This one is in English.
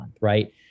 right